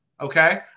okay